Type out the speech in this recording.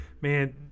Man